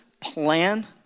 plan